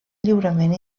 lliurament